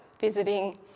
visiting